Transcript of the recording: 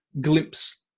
glimpse